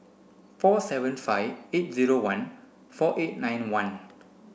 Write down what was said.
four seven five eight zero one four eight nine one